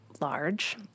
large